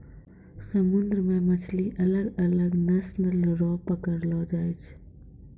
समुन्द्र मे मछली अलग अलग नस्ल रो पकड़लो जाय छै